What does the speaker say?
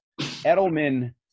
Edelman